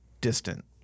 distant